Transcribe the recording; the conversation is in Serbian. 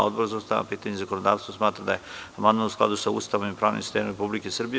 Odbor za ustavna pitanja i zakonodavstvo smatra da je amandman u skladu sa ustavom i pravnim sistemom Republike Srbije.